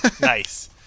Nice